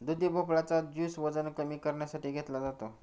दुधी भोपळा चा ज्युस वजन कमी करण्यासाठी घेतला जातो